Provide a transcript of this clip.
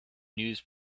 news